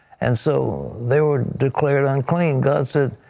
and so they were declared unclean. god said